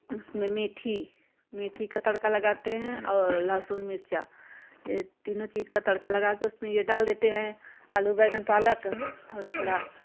उसमें मेथी मेथी का तड़का लगाते हैं औ लहसून मिर्चा तीनों चीज़ का तड़का लगाकर उसमें यह डाल देते हैं आलू बैंगन पालक और थोड़ा